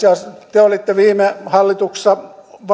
te olitte viime hallituksessa